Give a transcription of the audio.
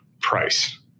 price